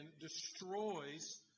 destroys